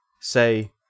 say